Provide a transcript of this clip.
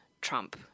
Trump